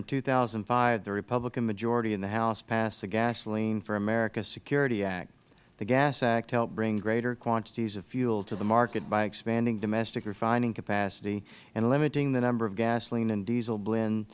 in two thousand and five the republican majority in the house passed the gasoline for america security act the gas act helped bring greater quantities of fuel to the market by expanding domestic refining capacity and limiting the number of gasoline and diesel blend